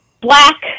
Black